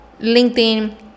linkedin